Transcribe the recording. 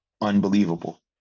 unbelievable